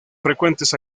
frecuentes